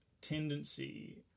tendency